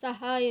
సహాయం